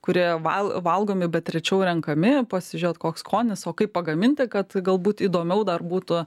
kurie val valgomi bet rečiau renkami pasižiūrėt koks skonis o kaip pagaminti kad galbūt įdomiau dar būtų